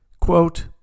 Quote